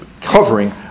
covering